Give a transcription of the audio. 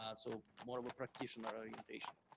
um so more of a practitioner orientation.